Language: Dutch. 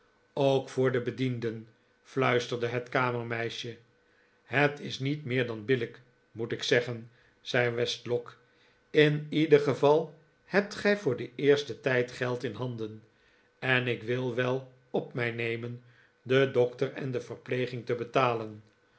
ook voor de bedienden fluisterde het kamermeisje het is niet meer dan billijk moet ik zeggen zei westlock in ieder geval hebt gij voor den eersten tijd geld in handen en ik wil wel op mij nemen den dokter en de verpleging te betalen